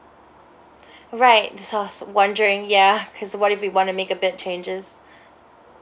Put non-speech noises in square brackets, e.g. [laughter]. [breath] right that's why I was wondering ya because uh what if we want to make a bit changes